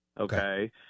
Okay